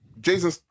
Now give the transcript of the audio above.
Jason